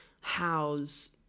house